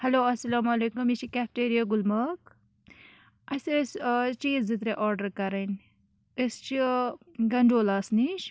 hello السَلامُ علیکُم یہِ چھِ کیفٹیریا گُلمرگ اَسہِ ٲسۍ چیٖز زٕ ترٛےٚ آرڈَر کَرٕنۍ أسۍ چھِ گَنڈولاہَس نِش